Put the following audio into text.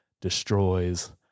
destroys